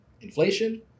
inflation